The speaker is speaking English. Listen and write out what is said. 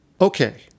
okay